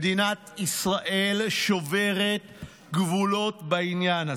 מדינת ישראל שוברת גבולות בעניין הזה.